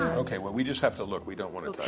ah okay. well, we just have to look. we don't want to